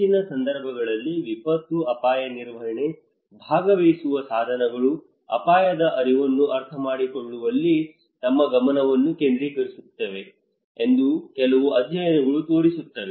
ಹೆಚ್ಚಿನ ಸಂದರ್ಭಗಳಲ್ಲಿ ವಿಪತ್ತು ಅಪಾಯ ನಿರ್ವಹಣೆ ಭಾಗವಹಿಸುವ ಸಾಧನಗಳು ಅಪಾಯದ ಅರಿವನ್ನು ಅರ್ಥಮಾಡಿಕೊಳ್ಳುವಲ್ಲಿ ತಮ್ಮ ಗಮನವನ್ನು ಕೇಂದ್ರೀಕರಿಸುತ್ತವೆ ಎಂದು ಕೆಲವು ಅಧ್ಯಯನಗಳು ತೋರಿಸುತ್ತವೆ